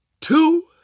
two